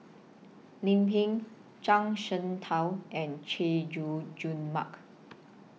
Lim Pin Zhuang Shengtao and Chay Jung Jun Mark